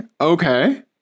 okay